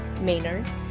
Maynard